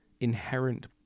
inherent